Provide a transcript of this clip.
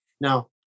now